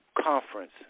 conference